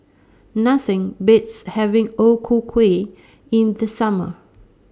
Nothing Beats having O Ku Kueh in The Summer